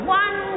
one